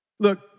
Look